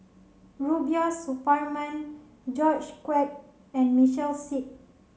Rubiah Suparman George Quek and Michael Seet